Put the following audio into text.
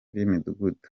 b’imidugudu